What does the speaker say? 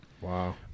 Wow